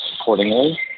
accordingly